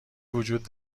وجود